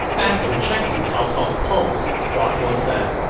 after checking cao cao's pulse, hua tuo said,